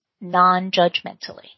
non-judgmentally